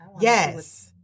yes